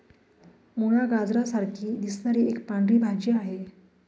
मुळा, गाजरा सारखी दिसणारी एक पांढरी भाजी आहे